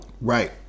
right